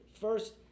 First